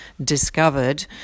discovered